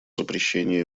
запрещения